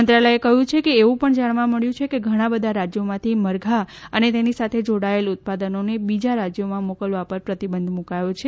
મંત્રાલયે કહ્યું છે કે એવું પણ જાણવા મળ્યું છે કે ઘણા બધા રાજ્યોમાંથી મરઘા અને તેની સાથે જોડાયેલ ઉત્પાદનોને બીજા રાજ્યમાં મોકલવા પર પ્રતિબંધ મુક્વો છે